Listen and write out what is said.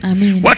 Amen